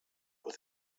with